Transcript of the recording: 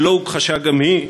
שלא הוכחשה גם היא,